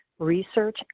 research